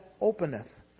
openeth